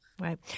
Right